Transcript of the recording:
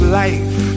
life